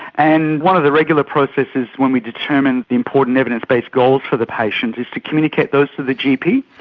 and one of the regular processes when we determine the important evidence-based goals for the patient is to communicate those to the gp,